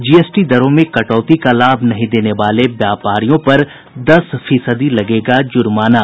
GST दरों में कटौती का लाभ नहीं देने वाले व्यापारियों पर दस फीसदी लगेगा जुर्माना